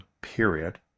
period